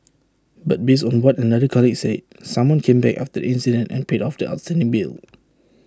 but based on what another colleague said someone came back after the incident and paid off the outstanding bill